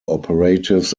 operatives